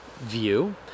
view